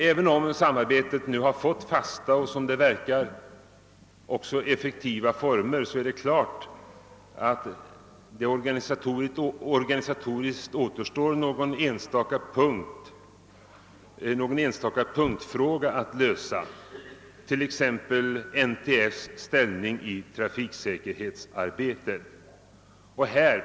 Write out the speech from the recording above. Även om samarbetet” nu' har fått fasta och som det verkär effektivå förmer är det klart att det organisatoriskt återstår någon enstaka punktfråga att lösa, t.ex. NTF:s 'ställning i trafiksäkerhetsarbetet.